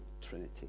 Trinity